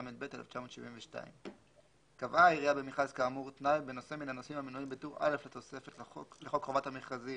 אני חושב שזה מיותר כי סעיף 197 בחוק מכרזים